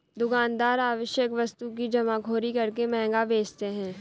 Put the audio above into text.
दुकानदार आवश्यक वस्तु की जमाखोरी करके महंगा बेचते है